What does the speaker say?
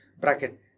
Bracket